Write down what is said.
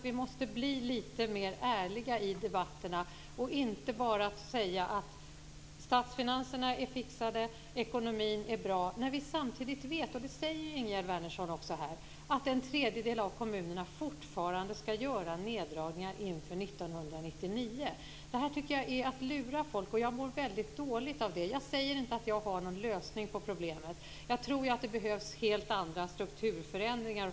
Vi måste bli litet mer ärliga i debatterna och inte bara säga att statsfinanserna är fixade och att ekonomin är bra, när vi samtidigt vet - och det säger ju också Ingegerd Wärnersson - att en tredjedel av kommunerna fortfarande måste göra neddragningar inför 1999. Detta är att lura folk, och jag mår väldigt dåligt av det. Jag säger inte att jag har någon lösning på problemet, men jag tror att det behövs helt andra strukturförändringar.